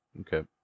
Okay